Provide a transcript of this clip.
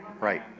Right